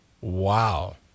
Wow